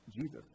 Jesus